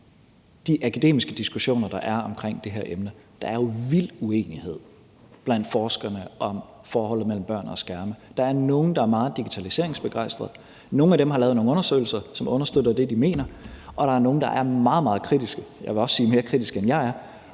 de akademiske diskussioner, der er, omkring det her emne. Der er jo vild uenighed blandt forskerne om forholdet mellem børn og skærme. Der er nogle, der er meget digitaliseringsbegejstrede. Nogle af dem har lavet nogle undersøgelser, som understøtter det, de mener, og der er nogle, der er meget, meget kritiske – også mere kritiske, end jeg er,